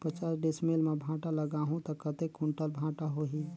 पचास डिसमिल मां भांटा लगाहूं ता कतेक कुंटल भांटा होही?